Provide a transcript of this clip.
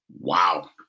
Wow